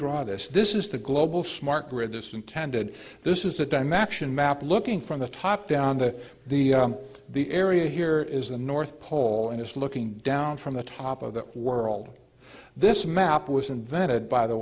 draw this this is the global smart grid that's intended this is a dumb action map looking from the top down the the the area here is the north pole and is looking down from the top of the world this map was invented by the